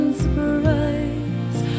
surprise